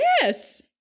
Yes